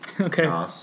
Okay